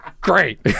great